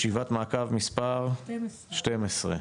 ישיבת מעקב מספר 12,